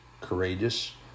courageous